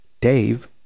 Dave